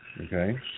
Okay